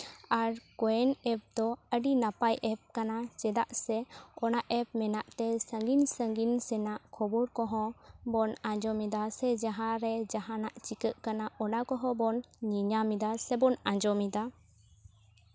ᱟᱨ ᱠᱚᱭᱮᱱ ᱮᱯ ᱫᱚ ᱟᱹᱰᱤ ᱱᱟᱯᱟᱭ ᱮᱯ ᱠᱟᱱᱟ ᱪᱮᱫᱟᱜ ᱥᱮ ᱚᱱᱟ ᱮᱯ ᱢᱮᱱᱟᱜ ᱛᱮ ᱥᱟᱹᱜᱤᱧ ᱥᱟᱹᱜᱤᱧ ᱥᱮᱱᱟᱜ ᱠᱷᱚᱵᱚᱨ ᱠᱚ ᱵᱚᱱ ᱟᱡᱚᱢᱮᱫᱟ ᱥᱮ ᱡᱟᱦᱟᱸ ᱨᱮ ᱡᱟᱦᱟᱱᱟᱜ ᱪᱤᱠᱟᱹᱜ ᱠᱟᱱᱟ ᱚᱱᱟ ᱠᱚᱦᱚᱸ ᱵᱚᱱ ᱧᱮᱧᱟᱢ ᱮᱫᱟ ᱥᱮᱵᱚᱱ ᱟᱡᱚᱢ ᱮᱫᱟ